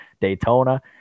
Daytona